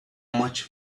much